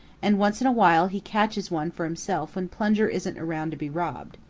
and once in a while he catches one for himself when plunger isn't around to be robbed,